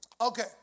Okay